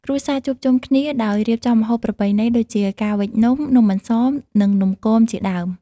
គ្រួសារជួបជុំគ្នា ដោយរៀបចំម្ហូបប្រពៃណីដូចជាការវេចនំ “នំអន្សម” និង “នំគម” ជាដើម។